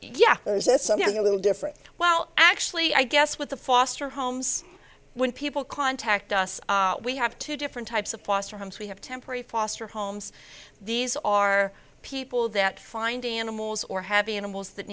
there something a little different well actually i guess with the foster homes when people contact us we have two different types of foster homes we have temporary foster homes these are people that find animals or have animals that